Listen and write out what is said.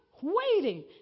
waiting